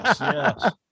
yes